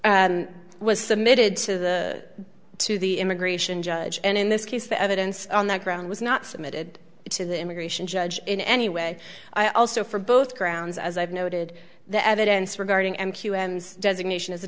evidence was submitted to the to the immigration judge and in this case the evidence on the ground was not submitted to the immigration judge in any way i also for both grounds as i've noted the evidence regarding m q m designation as a